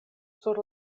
sur